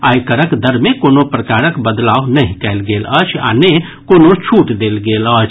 आयकरक दर मे कोनो प्रकारक बदलाव नहि कयल गेल अछि आ ने कोनो छूट देल गेल अछि